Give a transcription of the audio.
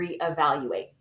reevaluate